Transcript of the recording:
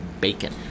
BACON